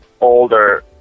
older